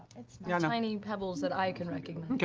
yeah tiny pebbles that i can recognize.